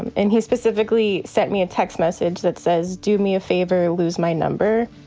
and and he specifically sent me a text message that says, do me a favor, lose my number